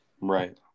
Right